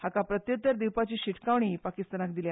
हाका प्रत्युत्तर दिवपाची शिटकावणी पाकिस्तानाक दिल्या